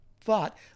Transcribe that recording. thought